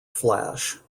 flash